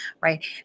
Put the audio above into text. Right